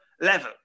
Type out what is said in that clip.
level